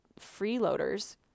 freeloaders